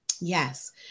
Yes